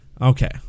okay